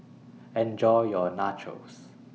Enjoy your Nachos